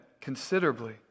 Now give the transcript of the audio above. considerably